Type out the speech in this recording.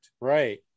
Right